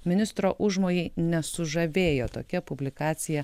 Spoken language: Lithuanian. ministro užmojai nesužavėjo tokia publikacija